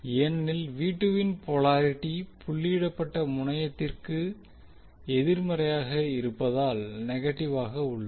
ஏனெனில் இன் போலாரிட்டி புள்ளியிடப்பட்ட முனையத்திற்கு எதிர்மறையாக இருப்பதால் நெகட்டிவாக உள்ளது